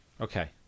Okay